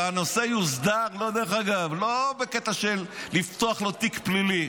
והנושא יוסדר לא בקטע של פתיחת תיק פלילי.